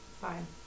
Fine